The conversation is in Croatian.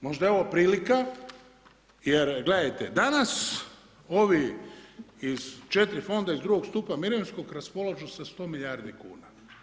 Možda je ovo prilika, jer gledajte, danas ovih iz četiri fonda iz drugog stupa mirovinskog raspolažu sa 100 milijardi kuna.